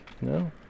No